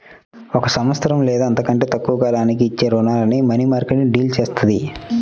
ఒక సంవత్సరం లేదా అంతకంటే తక్కువ కాలానికి ఇచ్చే రుణాలను మనీమార్కెట్ డీల్ చేత్తది